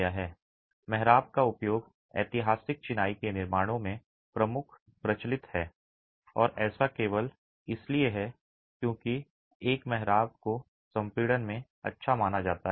मेहराब का उपयोग ऐतिहासिक चिनाई के निर्माणों में प्रमुख प्रचलित है और ऐसा केवल इसलिए है क्योंकि एक मेहराब को संपीड़न में अच्छा माना जाता है